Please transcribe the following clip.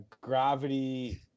gravity